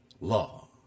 Law